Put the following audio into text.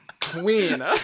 Queen